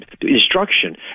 instruction